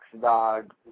dog